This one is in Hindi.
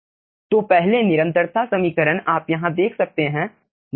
737 तो पहले निरंतरता समीकरण आप यहाँ देख सकते हैं